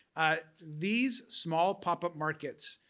these small pop-up markets,